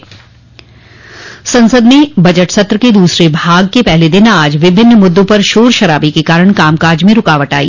संसद बजट सत्र संसद में बजट सत्र के दूसरे भाग के पहले दिन आज विभिन्न मुद्दों पर शोर शराबे के कारण कामकाज में रूकावट आई